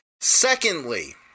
Secondly